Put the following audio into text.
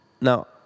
Now